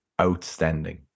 outstanding